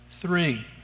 three